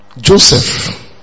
Joseph